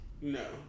No